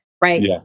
right